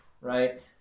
right